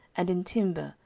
and in timber,